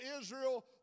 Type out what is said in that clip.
Israel